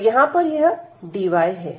और यहां पर यह dy है